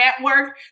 network